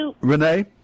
Renee